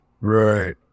Right